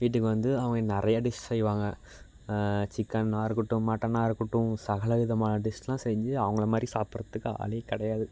வீட்டுக்கு வந்து அவங்க நிறையா டிஷ் செய்வாங்க சிக்கனாருக்கட்டும் மட்டனாருக்கட்டும் சகலவிதமான டிஷ்ஷுலாம் செஞ்சு அவங்கள மாதிரி சாப்பிட்றத்துக்கு ஆளே கிடையாது